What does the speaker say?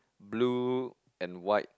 blue and white